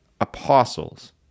apostles